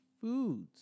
Foods